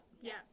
Yes